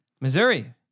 missouri